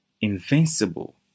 invincible